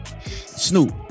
Snoop